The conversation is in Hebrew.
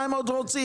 מה הם עוד רוצים,